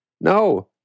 No